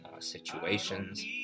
situations